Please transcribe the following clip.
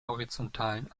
horizontalen